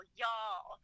y'all